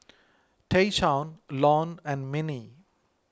Tayshaun Lon and Minnie